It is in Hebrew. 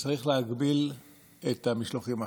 שצריך להגביל את המשלוחים החיים.